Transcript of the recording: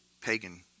pagan